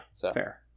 fair